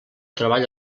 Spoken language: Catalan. treball